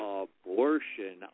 abortion